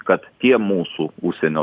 kad tie mūsų užsienio